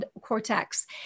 cortex